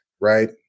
right